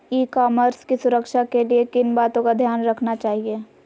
ई commerce की सुरक्षा के लिए किन बातों का ध्यान रखना चाहिए?